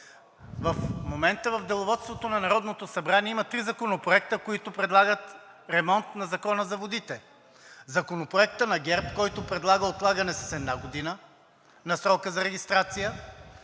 В момента в Деловодството на Народното събрание има три законопроекта, които предлагат ремонт на Закона за водите. Законопроект на ГЕРБ, който предлага отлагане с една година на срока за регистрация;